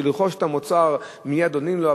בשביל לרכוש את המוצר מייד עונים לו,